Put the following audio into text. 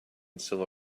civil